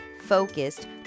focused